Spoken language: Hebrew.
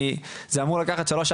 זה אמור לקחת שלוש,